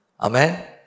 Amen